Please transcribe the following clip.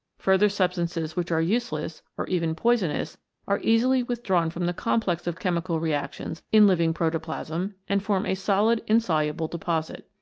further substances which are useless or even poisonous are easily withdrawn from the complex of chemical reactions in living protoplasm, and form a solid insoluble deposit.